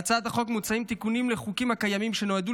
בהצעת החוק מוצעים תיקונים לחוקים קיימים שנועדו